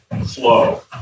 Flow